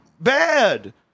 bad